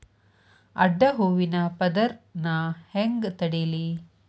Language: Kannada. ಅಡ್ಡ ಹೂವಿನ ಪದರ್ ನಾ ಹೆಂಗ್ ತಡಿಲಿ?